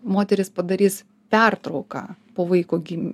moteris padarys pertrauką po vaiko gim